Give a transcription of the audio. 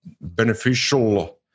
beneficial